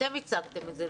אתם הצגתם את זה,